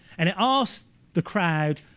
and it asks the crowd,